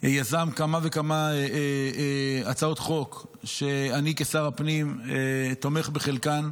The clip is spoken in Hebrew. יזם כמה וכמה הצעות חוק שאני כשר הפנים תומך בחלקן.